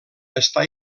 està